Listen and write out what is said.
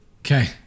Okay